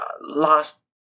last